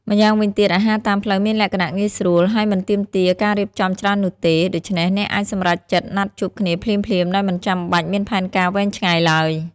ម្យ៉ាងវិញទៀត អាហារតាមផ្លូវមានលក្ខណៈងាយស្រួល ហើយមិនទាមទារការរៀបចំច្រើននោះទេ ដូច្នេះអ្នកអាចសម្រេចចិត្តណាត់ជួបគ្នាភ្លាមៗ ដោយមិនចាំបាច់មានផែនការវែងឆ្ងាយឡើយ។